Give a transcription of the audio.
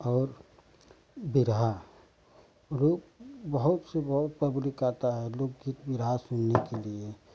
और बिरहा लोग बहुत से बहुत पब्लिक आता है लोग सिर्फ़ बिरहा सुनने के लिए